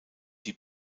die